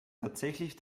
tatsächlich